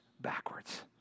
backwards